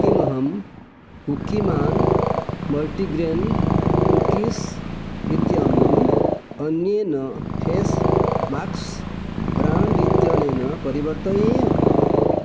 किमहं cookie man multigrain cookies इत्यमुम् अन्येन फेस् माक्स् ब्राण्ड् इत्यनेन परिवर्तयेयम्